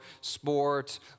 sport